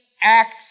acts